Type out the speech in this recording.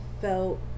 felt